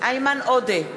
איימן עודה,